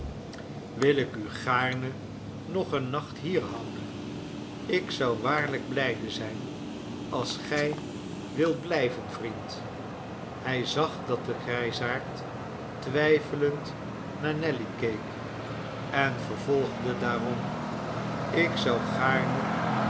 wil ik u gaarne nog een nacht hier houden ik zou waarlijk blijde zijn als gij wildet blijven vriend hij zag dat de grijsaard twijfelend naar nelly keek en vervolgde daarom ik zou gaarne